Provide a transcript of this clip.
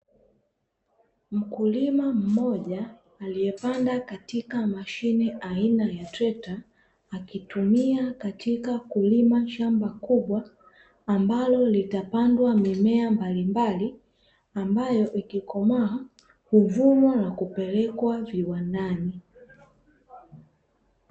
Mkulima mmoja aliepanda katika mashine aina ya trekta akitumia katika kulima shamba kubwa ambalo litapandwa mimea mbalimbali ambayo ikikomaa huvunwa na hupelekwa viwandani.